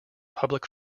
public